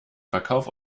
verkauf